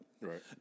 Right